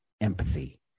empathy